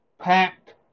packed